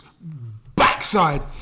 backside